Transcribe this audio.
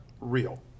real